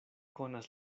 konas